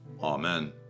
Amen